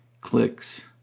clicks